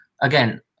again